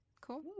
Cool